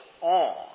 on